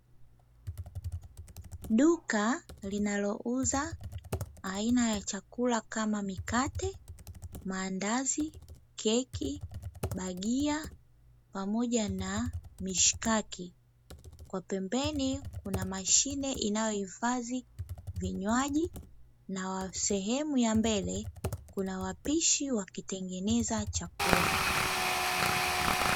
Duka linalouza aina ya chakula kama mikate, maandazi, keki bagia pamoja na mishkaki, kwa pembeni kuna mashine inayohifadhi vinywaji na wa sehemu ya mbele kuna wapishi wa kutengeneza chakula.